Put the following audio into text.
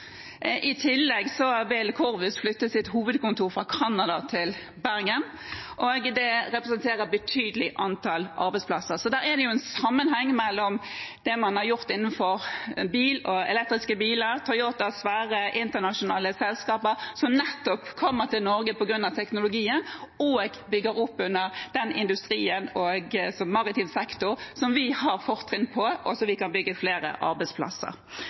I tillegg vil Corvus flytte sitt hovedkontor fra Canada til Bergen, og det representerer et betydelig antall arbeidsplasser. Så da er det en sammenheng mellom det man har gjort innenfor biler – elektriske biler, som Toyota og svære internasjonale selskaper, som nettopp kommer til Norge på grunn av teknologien, og bygger opp under den industrien – og maritim sektor, der vi har fortrinn, og der vi kan skape flere arbeidsplasser.